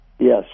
Yes